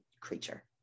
creature